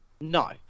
No